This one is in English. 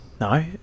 no